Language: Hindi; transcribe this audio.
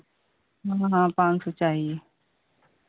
हाँ पाँच सौ चाहिए